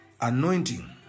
anointing